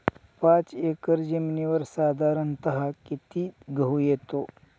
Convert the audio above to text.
पाच एकर जमिनीवर साधारणत: किती गहू येतो?